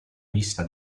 vista